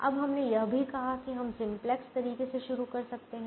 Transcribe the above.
अब हमने यह भी कहा कि हम सिंपलेक्स तरीके से शुरू कर सकते हैं